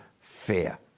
fear